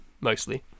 mostly